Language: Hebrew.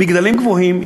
מגדלים גבוהים,